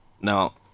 now